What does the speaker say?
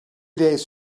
days